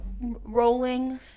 rolling